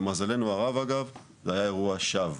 למזלנו הרב, אגב, זה היה אירוע שווא.